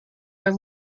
are